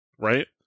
right